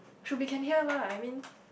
should be can hear lah I mean